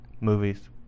movies